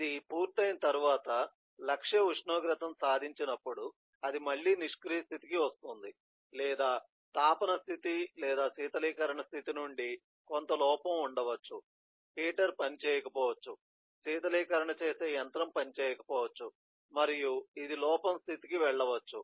ఇది పూర్తయిన తర్వాత లక్ష్య ఉష్ణోగ్రతను సాధించినప్పుడు అది మళ్లీ నిష్క్రియ స్థితికి వస్తుంది లేదా తాపన స్థితి లేదా శీతలీకరణ స్థితి నుండి కొంత లోపం ఉండవచ్చు హీటర్ పనిచేయకపోవచ్చు శీతలీకరణ చేసే యంత్రం పనిచేయకపోవచ్చు మరియు ఇది లోపం స్థితికి వెళ్ళవచ్చు